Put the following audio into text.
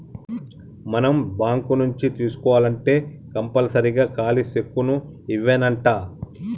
మనం బాంకు నుంచి తీసుకోవాల్నంటే కంపల్సరీగా ఖాలీ సెక్కును ఇవ్యానంటా